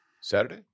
Saturday